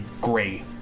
gray